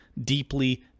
deeply